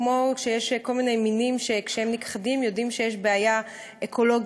כמו שיש כל מיני מינים שכשהם נכחדים יודעים שיש בעיה אקולוגית,